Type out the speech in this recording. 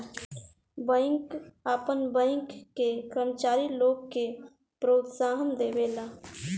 bank आपन bank के कर्मचारी लोग के प्रोत्साहन देवेला